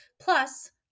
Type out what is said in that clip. Plus